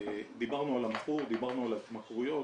דיברנו על המכור, דיברנו על ההתמכרויות.